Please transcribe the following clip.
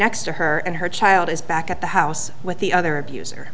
next to her and her child is back at the house with the other abuser